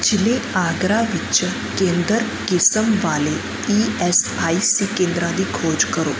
ਜ਼ਿਲ੍ਹੇ ਆਗਰਾ ਵਿੱਚ ਕੇਂਦਰ ਕਿਸਮ ਵਾਲੇ ਈ ਐਸ ਆਈ ਸੀ ਕੇਂਦਰਾਂ ਦੀ ਖੋਜ ਕਰੋ